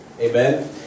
Amen